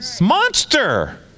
Monster